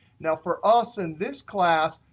now, for us in this class,